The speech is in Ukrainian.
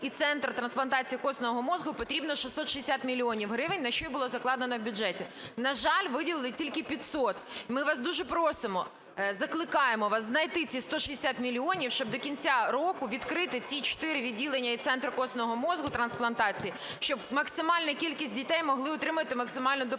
і центр трансплантації кісткового мозку потрібно 660 мільйонів гривень, на що і було закладено в бюджеті. На жаль, виділили тільки 500. Ми вас дуже просимо закликаємо вас знайти ці 160 мільйонів, щоб до кінця року відкрити ці 4 відділення і центр костного мозга трансплантації, щоб максимальна кількість дітей могла отримувати максимальну допомогу.